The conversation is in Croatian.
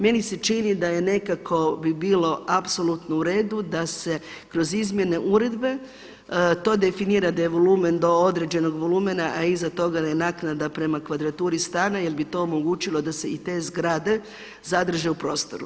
Meni se čini da nekako bi bilo apsolutno u redu da se kroz izmjene uredbe to definira da je volumen do određenog volumena a iza toga da je naknada prema kvadraturi stana jer bi to omogućilo da se i te zgrade zadrže u prostoru.